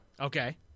Okay